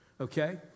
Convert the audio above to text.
Okay